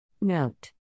Note